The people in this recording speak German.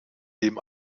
dem